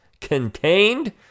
contained